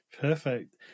Perfect